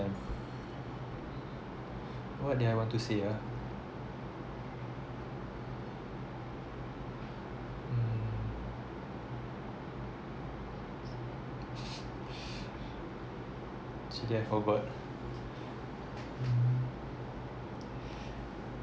what did I want to say ah hmm see there I forgot hmm